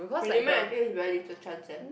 really meh I think is very little chance eh